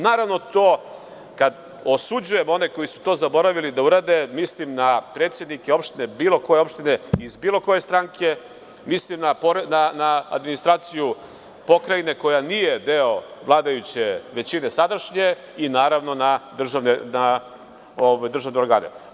Naravno, kada osuđujemo one koji su to zaboravili da urade, mislim na predsednike bilo koje opštine, iz bilo koje stranke, mislim na administraciju pokrajine koja nije deo vladajuće većine sadašnje i naravno na državne organe.